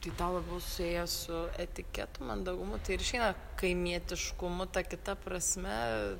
tai tau labiau susiję su etiketu mandagumu ir išeina kaimietiškumu ta kita prasme